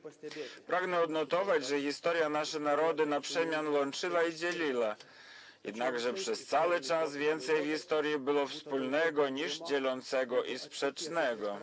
Pragnę odnotować, że historia nasze narody na przemian łączyła i dzieliła, jednakże przez cały czas więcej w historii było wspólnego niż dzielącego i sprzecznego.